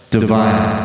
Divine